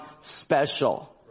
special